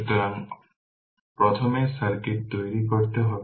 সুতরাং এই ভাবে প্রথমে সার্কিট তৈরি করতে হবে